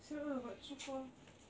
see how lah but so far